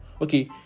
Okay